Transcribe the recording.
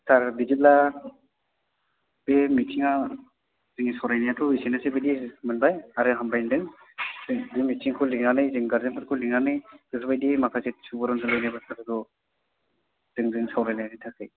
सार बिदिब्ला बे मिथिङा जोंनि सावरायनायाथ' एसोनोसै बायदि मोनबाय आरो हामबाय होनदों जों बे मिथिंखौ लिंनानै जों गारजेनफोरखौ लिंनानै बेफोर बायदि माखासे सुबुरुननि होलायनाय बाथ्राफोरखौ जों जों सावरायनायनि थाखाय